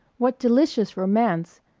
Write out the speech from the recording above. what delicious romance!